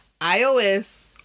iOS